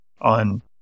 on